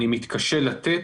אני מתקשה לתת.